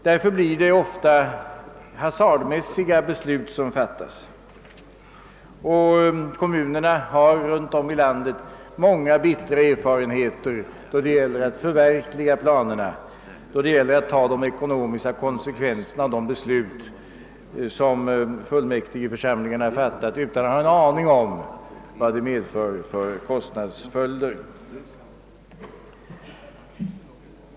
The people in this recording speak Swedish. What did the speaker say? Därför blir det ofta hasardartade beslut som fattas, och kommunerna runtom i landet har många bittra erfarenheter då det gäller att förverkliga planerna, då det gäller att ta de ekonomiska konsekvenserna av de beslut som fullmäktigeförsamlingarna fattat utan att ha en aning om vilka kostnader besluten medför.